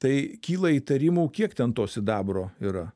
tai kyla įtarimų kiek ten to sidabro yra